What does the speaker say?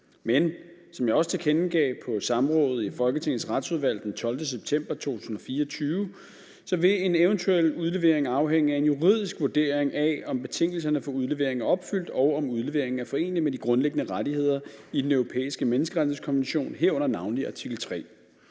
Men som jeg også tilkendegav på samrådet i Folketingets Retsudvalg den 12. september 2024, vil en eventuel udlevering afhænge af en juridisk vurdering af, om betingelserne for udlevering er opfyldt, og om udleveringen er forenelig med de grundlæggende rettigheder i den europæiske menneskerettighedskonvention, herunder navnlig artikel 3.